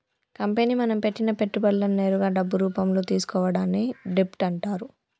company మనం పెట్టిన పెట్టుబడులను నేరుగా డబ్బు రూపంలో తీసుకోవడాన్ని డెబ్ట్ అంటరు